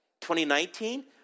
2019